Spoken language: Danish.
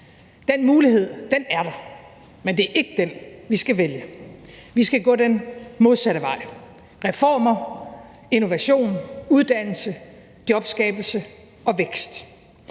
Den mulighed er der, men det er ikke den, vi skal vælge. Vi skal gå den modsatte vej – reformer, innovation, uddannelse, jobskabelse og vækst.